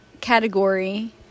category